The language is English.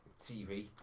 TV